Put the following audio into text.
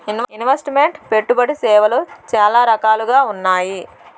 invest meant పెట్టుబడి సేవలు చాలా రకాలుగా ఉన్నాయి